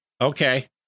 okay